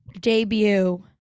debut